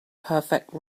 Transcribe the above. perfect